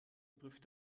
prüft